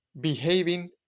behaving